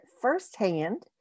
firsthand